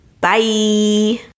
Bye